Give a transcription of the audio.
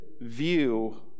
view